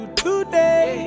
today